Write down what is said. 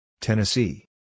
Tennessee